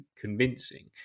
convincing